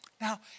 Now